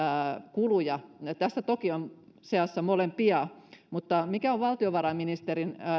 kuluja tässä toki on seassa molempia mutta mikä on valtiovarainministerin